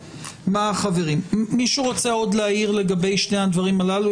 האם מישהו רוצה להעיר לגבי שני הדברים האלו?